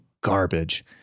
garbage